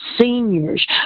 seniors